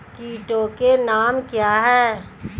कीटों के नाम क्या हैं?